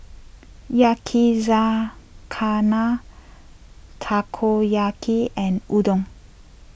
Yakizakana Takoyaki and Udon